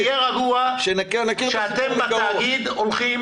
ה-תהיה רגוע זה כי אתם בתאגיד הולכים